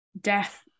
death